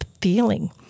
feeling